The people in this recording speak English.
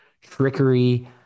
trickery